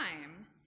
time